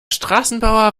straßenbauer